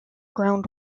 ground